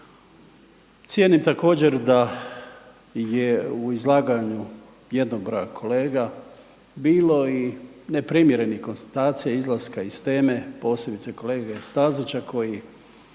Cijenim također da je u izlaganju jednog broja kolega bilo i neprimjerenih konstatacija izlaska iz teme, posebice kolege Stazića koji